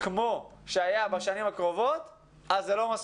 כמו שהיה בשנים הקרובות, זה לא מספיק.